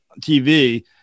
TV